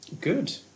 Good